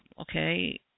okay